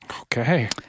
Okay